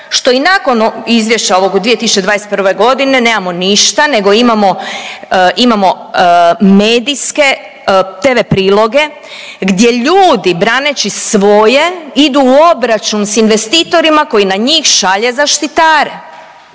što i nakon izvješća ovog od 2021. godine nemamo ništa nego imamo, imamo medijske tv priloge gdje ljudi braneći svoje idu u obračun s investitorima koji na njih šalje zaštitare.